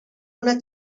una